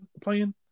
playing